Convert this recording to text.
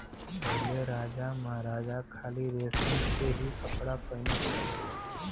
पहिले राजामहाराजा खाली रेशम के ही कपड़ा पहिनत रहे